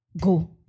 go